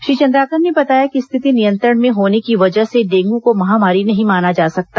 श्री चंद्राकर ने बताया कि स्थिति नियंत्रण में होने की वजह से डेंगू को महामारी नहीं माना जा सकता